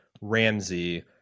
Ramsey